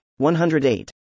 108